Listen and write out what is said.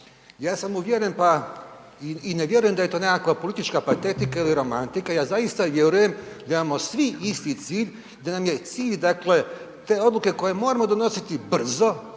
Ja sam uvjeren, pa i ne vjerujem da je to nekakva politička patetika ili romantika, ja zaista vjerujem da imamo svi isti cilj, da nam je cilj, dakle te odluke koje moramo donositi brzo,